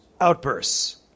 outbursts